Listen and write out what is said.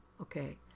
Okay